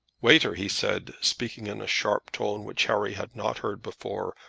waiter, he said, speaking in a sharp tone which harry had not heard before,